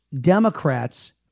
Democrats